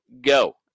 go